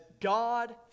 God